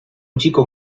chico